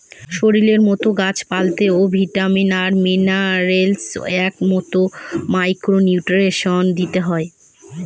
শরীরের মতো গাছ পালতেও ভিটামিন আর মিনারেলস এর মতো মাইক্র নিউট্রিয়েন্টস দিতে হয়